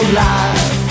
life